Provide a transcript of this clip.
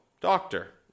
doctor